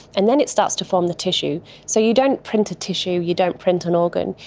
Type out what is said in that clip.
and then it starts to form the tissue. so you don't print a tissue, you don't print an organ,